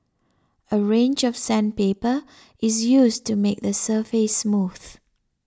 a range of sandpaper is used to make the surface smooth